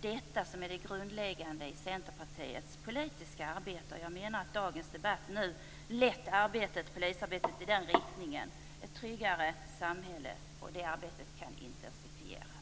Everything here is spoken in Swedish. Detta är det grundläggande i Centerpartiets politiska arbete, och jag menar att dagens debatt nu har lett polisarbetet i riktning mot ett tryggare samhälle. Det arbetet kan intensifieras.